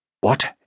What